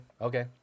Okay